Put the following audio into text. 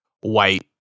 white